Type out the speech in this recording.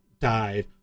died